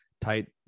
tight